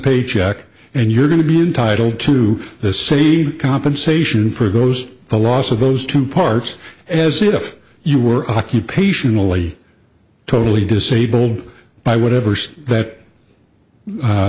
paycheck and you're going to be entitled to the same compensation for those the loss of those two parts as if you were occupationally totally disabled by whatever that